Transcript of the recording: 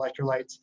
electrolytes